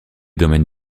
domaines